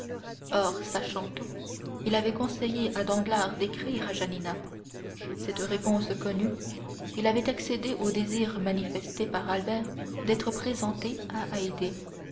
or sachant tout il avait conseillé à danglars d'écrire à janina cette réponse connue il avait accédé au désir manifesté par albert d'être présenté à